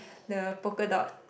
the polka dot